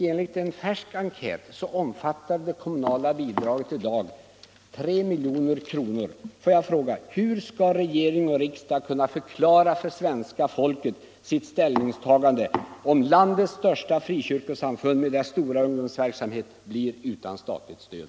Enligt en färsk enkät omfattar det kommunala bidraget i dag 3 milj.kr. Hur skall regering och riksdag kunna förklara för svenska folket sitt ställningstagande, om landets största frikyrkosamfund med dess stora ungdomsverksamhet blir utan statligt stöd?